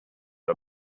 dal